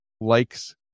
likes